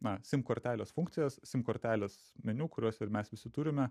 na sim kortelės funkcijas sim kortelės meniu kuriuos ir mes visi turime